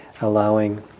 allowing